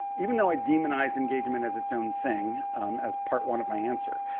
even though i demonize engagement as its own thing as part one of my answer,